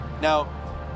Now